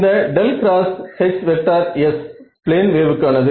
இந்த Hs plane வேவ்கானது